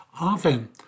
Often